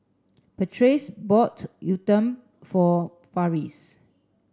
Patrice bought Uthapam for Farris